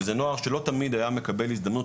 וזה נוער שלא תמיד היה מקבל הזדמנות,